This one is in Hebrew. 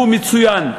שהוא מצוין.